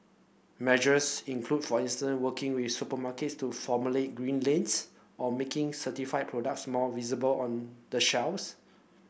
measures include for instance working with supermarkets to formulate green lanes or making certified products more visible on the shelves